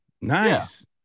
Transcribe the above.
Nice